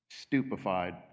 stupefied